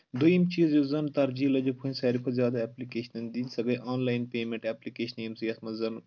دوٚیِم چیٖز یُس زَن ترجیٖجو ہٕنٛدۍ ساروی کھۄتہٕ زیادٕ ایپلِکیشن دِنۍ سۄ گٔے آنلاین پیمؠنٛٹ ایٚپلِکیشنہٕ ییٚمہِ سۭتۍ یَتھ منٛز زَن